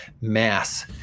mass